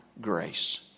grace